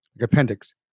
appendix